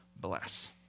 bless